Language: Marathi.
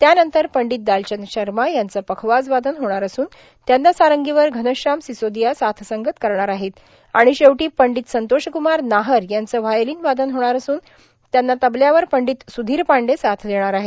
त्यानंतर पंडित दालचंद शर्मा यांचं पखवाज वादन होणार असून त्यांना सारंगीवर घनश्याम सिसोदिया साथ संगत करणार आहेत आणि शेवटी पंडित संतोषकुमार नाहर यांचं व्हायोलिन वादन होणार असून त्यांना तबल्यावर पंडित सुधीर पांडे साथ देणार आहेत